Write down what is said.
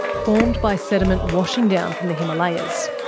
formed by sediment washing down from the himalayas.